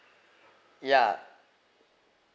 yeah